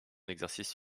exercice